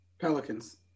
Pelicans